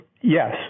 yes